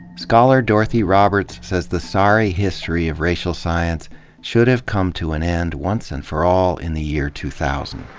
scholar dorothy roberts says the sorry history of racial science should have come to an end, once and for all, in the year two thousand.